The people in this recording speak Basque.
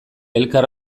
elkar